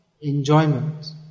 enjoyment